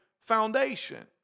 foundation